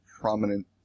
Prominent